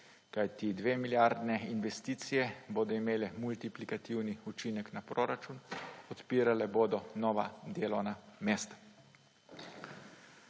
kajti dvemilijardne investicije bodo imele multiplikativni učinek na proračun, odpirale bodo nova delovna mesta.